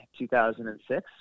2006